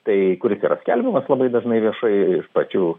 tai kuris yra skelbiama labai dažnai viešai iš pačių